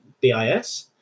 BIS